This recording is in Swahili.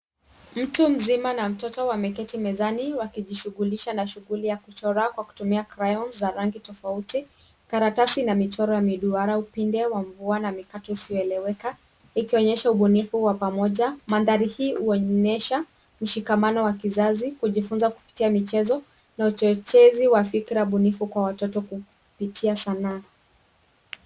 Mtu mzima na mtoto wameketi mezani wakijishugulisha na shughuli ya kuchora kwa kutumia crayons za rangi tofauti, karatasi na michoro miduara, upinde wa mvua na mikato isiyoeleweka ikionyesha ubunifu wa pamoja. Mandhari hii huonyesha mshikamano wa kizazi, kujifunza kupitia michezo na uchochezi wa fikra bunifu kwa watoto kupitia sanaa.